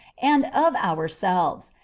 and of ourselves,